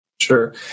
Sure